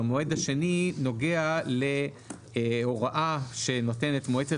והמועד השני נוגע להוראה שנותנת מועצת